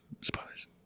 spoilers